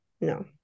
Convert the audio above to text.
No